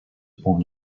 born